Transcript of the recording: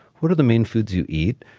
what are the main foods you eat?